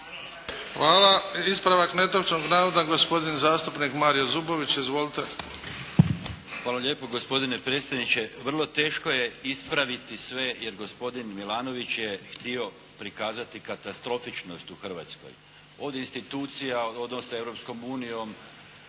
Hvala. I ispravak netočnog navoda gospodin zastupnik Mario Zubović. Izvolite. **Zubović, Mario (HDZ)** Hvala lijepo gospodine predsjedniče. Vrlo teško je ispraviti sve jer gospodin Milanović je htio prikazati katastrofičnost u Hrvatskoj. Od institucija … /Govornik